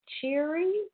cheery